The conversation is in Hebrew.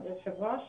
כבוד היושבת ראש.